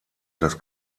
das